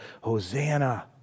Hosanna